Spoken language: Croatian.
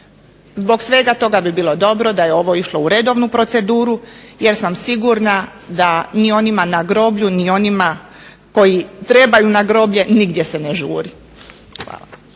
Zbog svega toga bi bilo dobro da je ovo išlo u redovnu proceduru jer sam sigurna da ni onima na groblju ni onima koji trebaju na groblje nigdje se ne žuri.